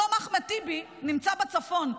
היום אחמד טיבי נמצא בצפון,